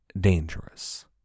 dangerous